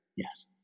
Yes